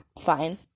Fine